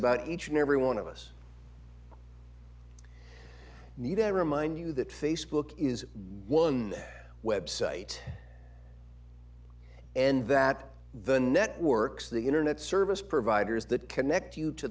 about each and every one of us need i remind you that facebook is one website and that the networks the internet service providers that connect you to